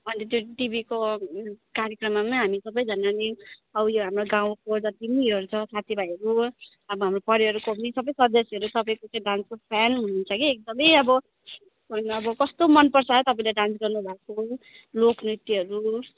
अन्त त्यो टिभीको कार्यक्रममा नि हामी सबैजना नि उयो हाम्रो गाउँको जति पनि उयोहरू छ साथीभाइहरू अब हाम्रो परिवारको पनि सबै सदस्यहरू तपाईँको डान्सको फ्यान हुनुहुन्छ कि एकदमै अब कस्तो मन पर्छ तपाईँले डान्स गर्नु भएको लोक नृत्यहरू